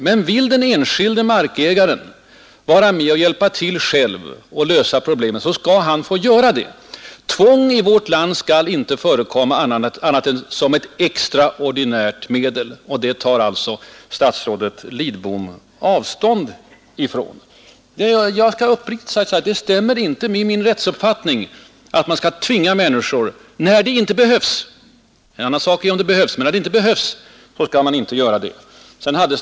Men vill den enskilde markägaren själv vara med och hjälpa till att lösa problemen, så skall han få göra det. Tvång skall i vårt land inte förekomma annat än som extraordinärt medel. Detta tar alltså statsrådet Lidbom avstånd från. Jag vill klart deklarera att det inte stämmer med min rättsuppfattning att man skall tvinga människor när det inte behövs — en annan sak att tillgripa tvång, när det verkligen behövs.